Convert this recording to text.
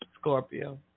Scorpio